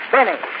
Benny